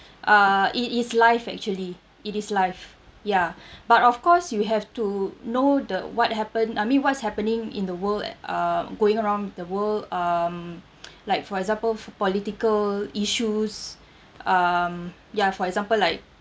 uh it is live actually it is live ya but of course you have to know the what happened I mean what's happening in the world like uh going around the world um like for example f~ political issues um ya for example like